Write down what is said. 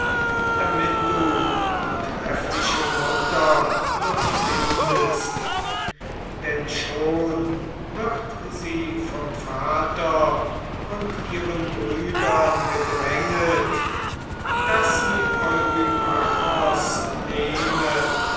damit du die treffliche mutter noch findest denn schon wird sie vom vater und ihren brüdern gedränget daß sie eurymachos nehme